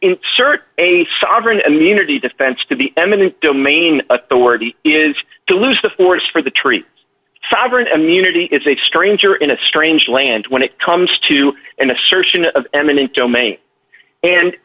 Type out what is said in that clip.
insert a sovereign immunity defense to be eminent domain authority is to lose the forest for the tree sovereign immunity is a stranger in a strange land when it comes to an assertion of eminent domain and